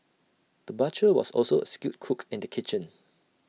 the butcher was also A skilled cook in the kitchen